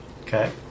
Okay